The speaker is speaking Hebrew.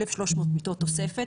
1,300 מיטות תוספת